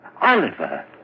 Oliver